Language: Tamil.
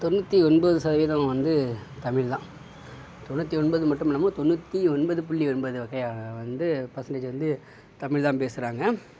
தொண்ணூற்றி எண்பது சதவீதம் வந்து தமிழ் தான் தொண்ணூற்றி ஒன்பது மட்டுமல்லாம தொண்ணூற்றி ஒன்பது புள்ளி எண்பது வகையாக வந்து பர்சென்டேஜ் வந்து தமிழ் தான் பேசுகிறாங்க